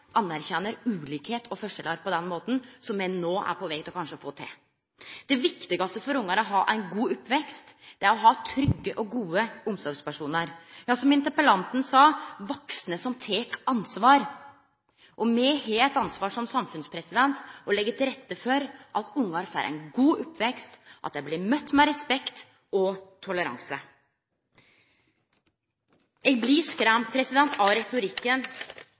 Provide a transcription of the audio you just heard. anerkjenner ulikskap og forskjellar på den måten som me no er på veg til kanskje å få til. Det viktigaste for barn er å ha ein god oppvekst. Det er å ha trygge og gode omsorgspersonar – ja, som interpellanten sa: vaksne som tek ansvar. Me har eit ansvar som samfunn for å leggje til rette for at barn får ein god oppvekst, at dei blir møtte med respekt og toleranse. Eg blir skremt av retorikken